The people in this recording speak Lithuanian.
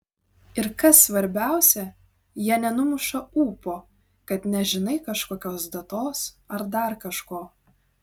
ir kas svarbiausia jie nenumuša ūpo kad nežinai kažkokios datos ar dar kažko